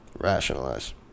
rationalize